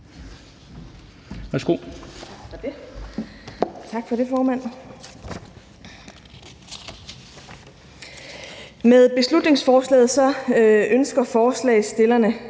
Med beslutningsforslaget ønsker forslagsstillerne